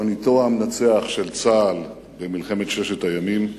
קברניטו המנצח של צה"ל במלחמת ששת הימים,